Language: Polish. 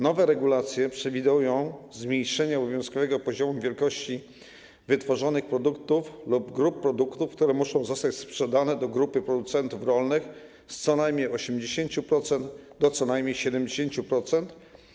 Nowe regulacje przewidują zmniejszenie obowiązkowego poziomu wielkości wytworzonych produktów lub grup produktów, które muszą zostać sprzedane do grupy producentów rolnych z co najmniej 80% do co najmniej 70%.